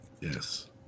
Yes